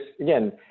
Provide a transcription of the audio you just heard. again